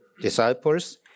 disciples